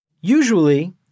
Usually